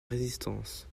résistance